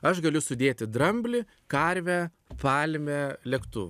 aš galiu sudėti dramblį karvę palmę lėktuvą